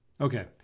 okay